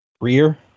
Rear